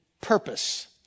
purpose